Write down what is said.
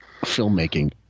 filmmaking